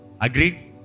Agreed